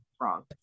wrong